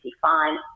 fine